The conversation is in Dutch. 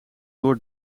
door